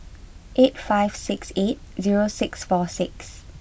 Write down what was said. eight five six eight zero six four six